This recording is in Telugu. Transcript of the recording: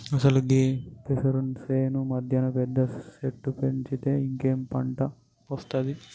అసలు గీ పెసరు సేను మధ్యన పెద్ద సెట్టు పెంచితే ఇంకేం పంట ఒస్తాది